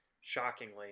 Shockingly